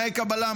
תנאי קבלה,